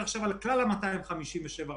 כך שמכל הבחינות יש סטרנגולציה,